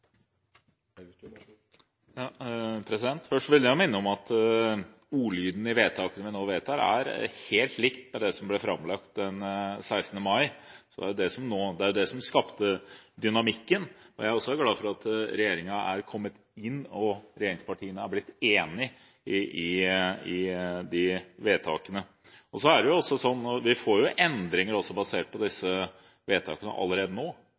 Elvestuen har hatt ordet to ganger tidligere og får ordet til en kort merknad, begrenset til 1 minutt. Først vil jeg minne om at ordlyden i vedtaket vi nå fatter, er helt likt med det som ble framlagt den 16. mai, det var det som skapte dynamikken. Jeg er også glad for at regjeringen er kommet inn, og at regjeringspartiene er blitt enige om de vedtakene. Vi får endringer basert på disse vedtakene allerede nå.